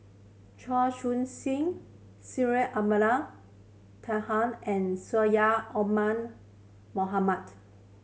Chia Choo Suan Syed Abdulrahman Taha and Syed Omar Mohamed